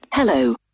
Hello